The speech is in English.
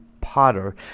Potter